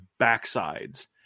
backsides